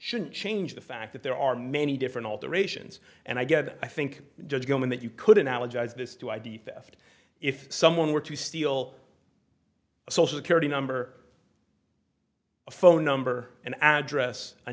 shouldn't change the fact that there are many different alterations and i guess i think just go in that you couldn't alledge as this do id theft if someone were to steal social security number a phone number and address a